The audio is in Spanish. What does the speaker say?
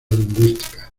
lingüística